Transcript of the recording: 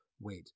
wait